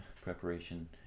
preparation